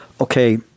Okay